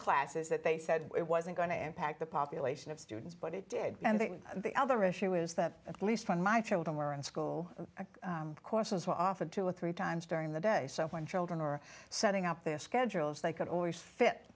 classes that they said it wasn't going to impact the population of students but it did and the other issue was that at least when my children were in school courses were offered two or three times during the day so when children or setting up their schedules they could always